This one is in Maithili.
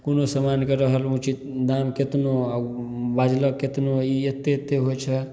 कोनो समानके रहल ऊचित दाम केतनो आ ओ बाजलक केतनो ई एते एते होइ छै